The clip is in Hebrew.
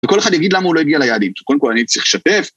‫וכל אחד יגיד למה הוא לא הגיע ליעדים. ‫קודם כול, אני צריך לשתף.